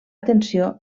atenció